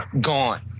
gone